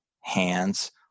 hands